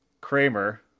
Kramer